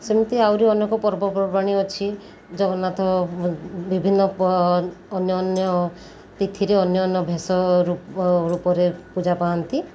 ସେମିତି ଆହୁରି ଅନେକ ପର୍ବପର୍ବାଣି ଅଛି ଜଗନ୍ନାଥ ବିଭିନ୍ନ ଅନ୍ୟ ଅନ୍ୟ ତିଥିରେ ଅନ୍ୟାନ୍ୟ ଭେଷ ରୂପରେ ପୂଜା ପାଆନ୍ତି